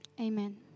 Amen